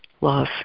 love